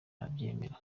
arabyemera